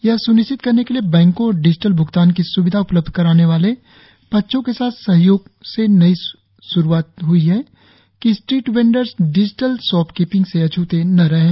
यह स्निश्चित करने के लिए बैंकों और डिजिटल भ्गतान की स्विधा उपलब्ध कराने वाले पक्षों के साथ सहयोग से नई श्रूआत हई है कि स्ट्रीट वेंडर डिजिटल शॉपकीपिंग से अछ्ते न रहें